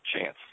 chance